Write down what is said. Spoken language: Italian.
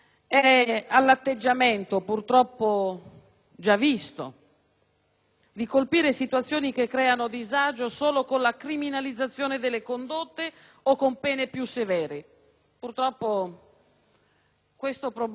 di colpire situazioni che creano disagio solo con la criminalizzazione delle condotte o con pene più severe. Purtroppo, questo problema è sempre stato trattato in modo *bipartisan* perché